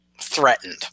threatened